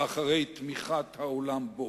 ואחר תמיכת העולם בו.